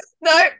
No